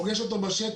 פוגש אותו בשטח,